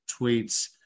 tweets